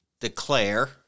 Declare